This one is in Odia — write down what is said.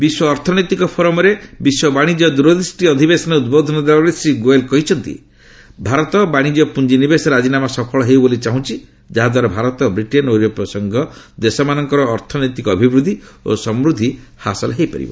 ବିଶ୍ୱ ଅର୍ଥନୈତିକ ଫୋରମ୍ର ବିଶ୍ୱ ବାଣିଜ୍ୟ ଦୂରଦୃଷ୍ଟି ଅଧିବେଶନରେ ଉଦ୍ବୋଧନ ଦେବାବେଳେ ଶ୍ରୀ ଗୋୟଲ୍ କହିଛନ୍ତି ଭାରତ ବାଣିଜ୍ୟ ଓ ପୁଞ୍ଜିନିବେଶ ରାଜିନାମା ସଫଳ ହେଉ ବୋଲି ଚାହୁଁଛି ଯାହାଦ୍ୱାରା ଭାରତ ବ୍ରିଟେନ୍ ଓ ୟୁରୋପୀୟ ସଂଘ ଦେଶମାନଙ୍କ ଅର୍ଥନୈତିକ ଅଭିବୃଦ୍ଧି ଓ ସମୃଦ୍ଧି ହାସଲ ହୋଇପାରିବ